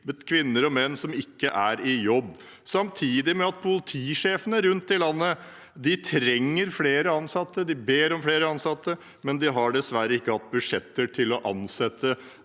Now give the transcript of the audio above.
politikvinner og -menn som ikke er i jobb, samtidig med at politisjefene rundt i landet trenger flere ansatte. De ber om flere ansatte, men de har dessverre ikke hatt budsjetter til å ansette